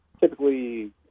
typically